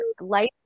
life